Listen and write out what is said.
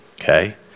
okay